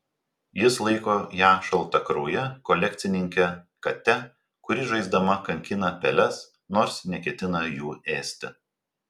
jis laiko ją šaltakrauje kolekcininke kate kuri žaisdama kankina peles nors neketina jų ėsti